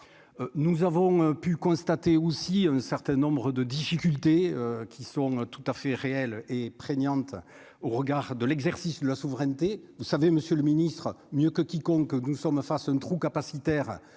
nous avons pu constater aussi un certain nombre de difficultés qui sont tout à fait réel et prégnante au regard de l'exercice de la souveraineté, vous savez Monsieur le Ministre, mieux que quiconque, nous sommes face un trou capacitaire